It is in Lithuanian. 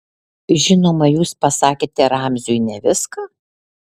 žinoma jūs pasakėte ramziui ne viską